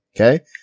Okay